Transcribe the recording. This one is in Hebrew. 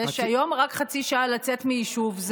היום רק חצי שעה לצאת מיישוב,